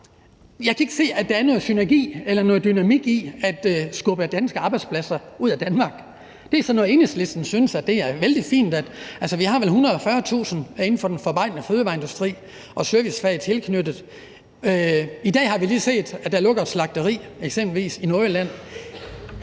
Jeg kan ikke se, at der er noget synergi eller dynamik i at skubbe danske arbejdspladser ud af Danmark. Det er sådan noget, Enhedslisten synes er vældig fint. Altså, vi har vel 140.000 ansat inden for den forarbejdende fødevareindustri og tilknyttede servicefag. I dag har vi lige set, at der eksempelvis lukker